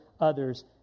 others